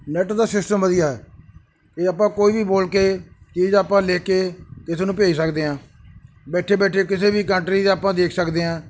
net ਦਾ system ਵਧੀਆ ਹੈ ਇਹ ਆਪਾਂ ਕੋਈ ਵੀ ਬੋਲ ਕੇ ਚੀਜ਼ ਆਪਾਂ ਲਿਖ ਕੇ ਕਿਸੇ ਨੂੰ ਭੇਜ ਸਕਦੇ ਹਾਂ ਬੈਠੇ ਬੈਠੇ ਕਿਸੇ ਵੀ ਕੰਟਰੀ 'ਚ ਆਪਾਂ ਦੇਖ ਸਕਦੇ ਹਾਂ